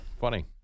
Funny